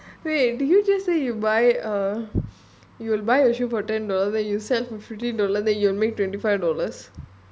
!huh! wait did you just say you buy or you will buy a shoe for ten dollars then you sell for fifteen dollars then you make twenty five dollars